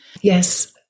Yes